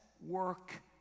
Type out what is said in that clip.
work